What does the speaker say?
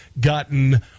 gotten